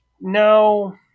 No